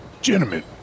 Gentlemen